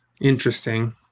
interesting